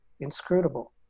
inscrutable